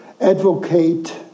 advocate